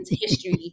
history